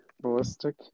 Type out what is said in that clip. Ballistic